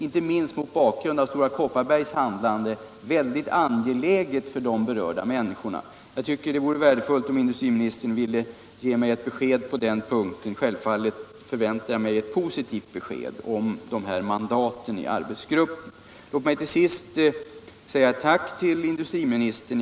Inte minst mot bakgrund av Stora Kopparbergs handlande är detta väldigt väsentligt för de berörda människorna. Det vore värdefullt om industriministern ville ge mig ett besked — självfallet förväntar jag mig ett positivt besked — om mandaten i arbetsgruppen. Låt mig till sist säga tack till industriministern.